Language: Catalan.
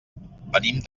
venim